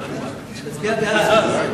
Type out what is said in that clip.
ההצעה להעביר